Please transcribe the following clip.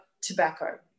tobacco